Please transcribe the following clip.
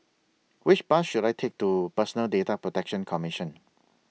Which Bus should I Take to Personal Data Protection Commission